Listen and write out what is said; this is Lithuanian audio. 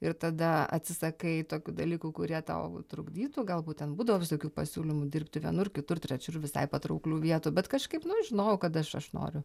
ir tada atsisakai tokių dalykų kurie tau trukdytų galbūt ten būdavo visokių pasiūlymų dirbti vienur kitur trečiur visai patrauklių vietų bet kažkaip nu žinojau kad aš aš noriu